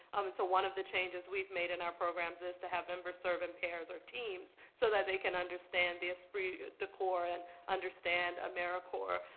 um one of the changes we've made in our program is is to have members serve in pairs or teams so that they can understand the esprit de core and understand americorps.